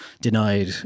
denied